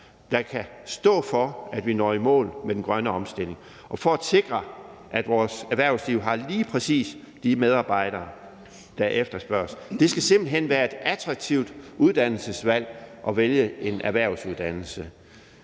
der kan stå for, at vi når i mål med den grønne omstilling, og for at sikre, at vores erhvervsliv har lige præcis de medarbejdere, der efterspørges. Det skal simpelt hen være et attraktivt uddannelsesvalg at vælge en erhvervsuddannelse.